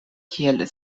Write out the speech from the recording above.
kiel